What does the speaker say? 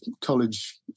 college